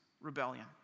rebellion